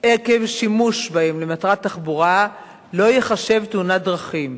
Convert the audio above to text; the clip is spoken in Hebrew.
עקב שימוש בהם למטרת תחבורה לא ייחשב "תאונת דרכים".